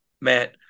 Matt